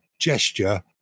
gesture